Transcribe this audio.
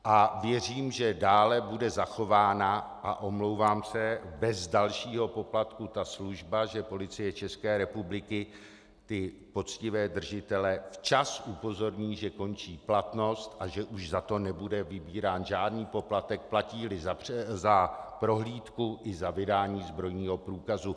A věřím, že dále bude zachována, a omlouvám se, bez dalšího poplatku, ta služba, že Policie České republiky poctivé držitele včas upozorní, že končí platnost, a že už za to nebude vybírán žádný poplatek, platíli za prohlídku i za vydání zbrojního průkazu.